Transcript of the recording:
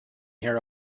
here